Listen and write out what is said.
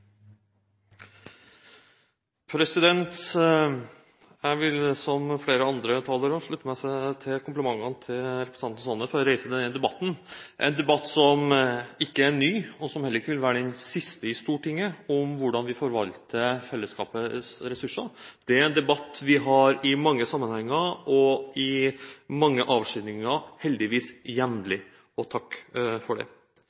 årene. Jeg vil, som flere andre talere, slutte meg til komplimentene til representanten Sanner for å reise denne debatten, en debatt som ikke er ny, og som heller ikke vil være den siste i Stortinget om hvordan vi forvalter fellesskapets ressurser. Det er en debatt vi har i mange sammenhenger og i mange avskygninger – heldigvis jevnlig, og takk for det.